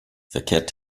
verkehrt